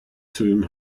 tomb